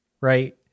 right